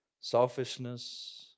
selfishness